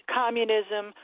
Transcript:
communism